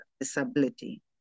disability